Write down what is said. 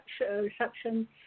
reception